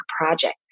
project